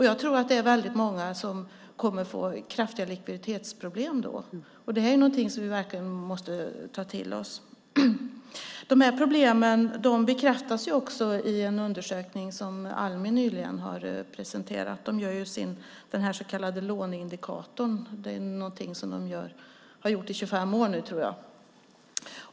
Jag tror att det är väldigt många som kommer att få kraftiga likviditetsproblem då. Det är något som vi verkligen måste ta till oss. De här problemen bekräftas också i en undersökning som Almi nyligen har presenterat i låneindikatorn som de har gjort i 25 år nu, tror jag.